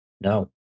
No